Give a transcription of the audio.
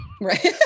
Right